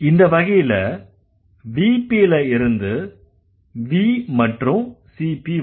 இந்த வகையில VP ல இருந்து V மற்றும் CP வரும்